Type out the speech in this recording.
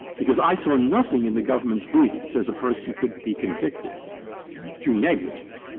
because i saw nothing in the government's brief that says a person could be convicted through negligence.